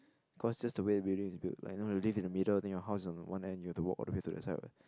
cause this the way building is built like you know you live in the middle then your house is on one end you have to walk all the way to the side